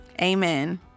amen